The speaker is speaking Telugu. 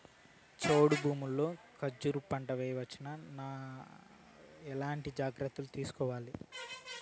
చౌడు భూముల్లో కర్బూజ పంట వేయవచ్చు నా? ఎట్లాంటి జాగ్రత్తలు తీసుకోవాలి?